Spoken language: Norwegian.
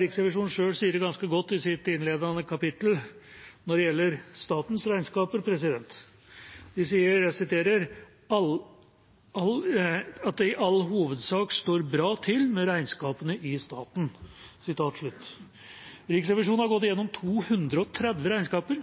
Riksrevisjonen selv sier det ganske godt i sitt innledende kapittel når det gjelder statens regnskaper. De sier «at det i all hovedsak står bra til med regnskapene i staten.» Riksrevisjonen har gått gjennom 230 regnskaper